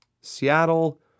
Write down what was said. Seattle